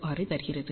R I தருகிறது